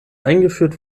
eingeführt